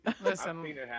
Listen